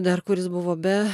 dar kuris buvo be